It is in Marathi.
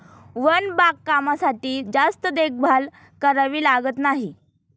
वन बागकामासाठी जास्त देखभाल करावी लागत नाही